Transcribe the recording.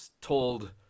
told